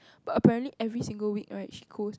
but apparently every single week right she goes